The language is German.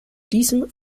diesem